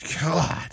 God